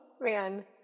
Man